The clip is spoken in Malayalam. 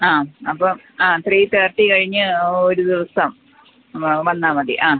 ആ അപ്പോള് ആ ത്രീ തേർട്ടി കഴിഞ്ഞ് ഒരു ദിവസം വ വന്നാല് മതി ആ